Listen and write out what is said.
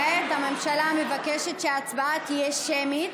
כעת הממשלה מבקשת שההצבעה תהיה שמית,